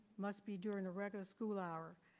must be during the regular school hour.